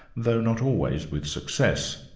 though not always with success.